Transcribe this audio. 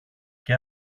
και